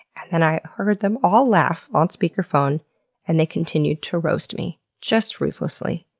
and then i heard them all laugh on speakerphone and they continued to roast me just ruthlessly.